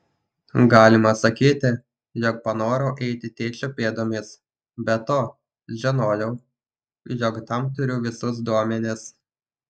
galima sakyti jog panorau eiti tėčio pėdomis be to žinojau jog tam turiu visus duomenis